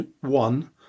one